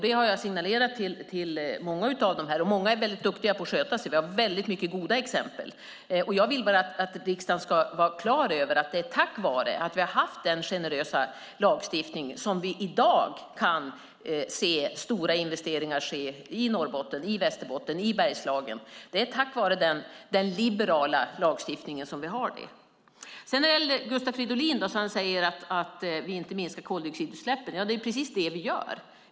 Det har jag signalerat till många, och många är duktiga på att sköta sig. Vi har många goda exempel. Jag vill bara att riksdagen ska vara på det klara med att det är tack vare att vi har haft den generösa lagstiftningen som vi i dag kan se stora investeringar ske i Norrbotten, i Västerbotten och i Bergslagen. Detta ser vi tack vare den liberala lagstiftningen. Gustav Fridolin säger att vi inte minskar koldioxidutsläppen. Det är precis det vi gör!